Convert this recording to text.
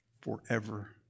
forever